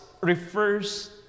refers